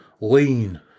lean